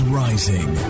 rising